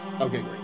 Okay